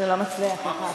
זה לא מצליח לך.